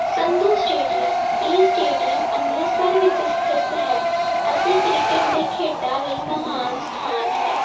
Sandhu stadium ਇਹ stadium Amritsar ਵਿੱਚ ਸਥਿੱਤ ਹੈ ਅਤੇ ਕ੍ਰਿਕਟ ਦੇ ਖੇਡਾਂ ਲਈ ਮਹਾਨ ਸਥਾਨ ਹੈ